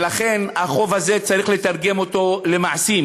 ולכן, החוב הזה, צריך לתרגם אותו למעשים.